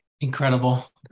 Incredible